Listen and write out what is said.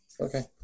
Okay